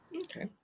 Okay